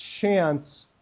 chance